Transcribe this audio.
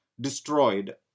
destroyed